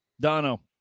Dono